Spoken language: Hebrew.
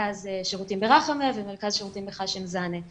מרכז שירותים ברחאמה ומרכז שירותים בחאשם זאנה.